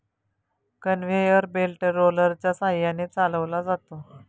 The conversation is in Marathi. कन्व्हेयर बेल्ट रोलरच्या सहाय्याने चालवला जातो